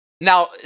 Now